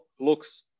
looks